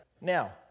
Now